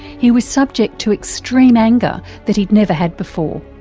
he was subject to extreme anger that he'd never had before.